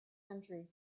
country